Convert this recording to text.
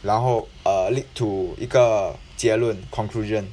然后 uh lead to 一个结论 conclusion